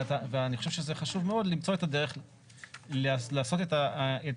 אני חושב שזה חשוב מאוד למצוא את הדרך לעשות את ההבהרה,